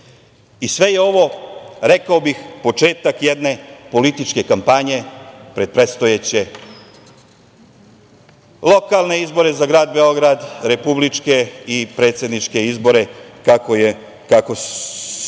i sve je ovo, rekao bih, početak jedne političke kampanje pred predstojaće lokalne izbore za grad Beograd, republičke i predsedničke izbore, kako se